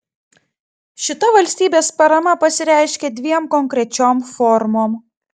šita valstybės parama pasireiškia dviem konkrečiom formom